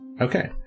Okay